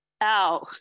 ow